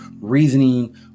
reasoning